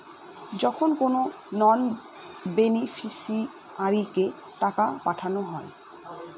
যখন কোনো নন বেনিফিশিয়ারিকে টাকা পাঠানো হয়